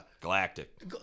galactic